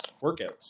workouts